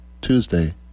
Tuesday